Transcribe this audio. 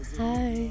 hi